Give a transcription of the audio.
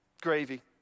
gravy